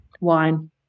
wine